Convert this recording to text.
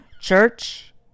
church